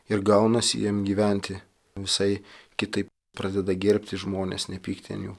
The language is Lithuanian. ir gaunasi jiem gyventi visai kitaip pradeda gerbti žmones nepykti ant jų